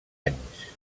anys